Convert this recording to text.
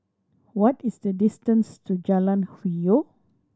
what is the distance to Jalan Hwi Yoh